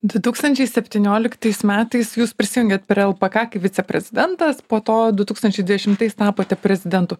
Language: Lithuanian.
du tūkstančiai septynioliktais metais jūs prisijungiat prie lpk kaip viceprezidentas po to du tūkstančiai dešimtais tapote prezidentu